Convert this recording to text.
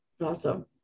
Awesome